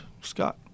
Scott